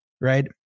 right